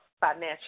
financial